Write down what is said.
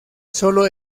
sólo